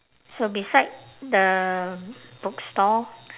so beside the bookstore